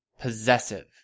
Possessive